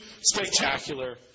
spectacular